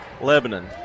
Lebanon